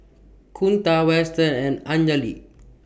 Kunta Weston and Anjali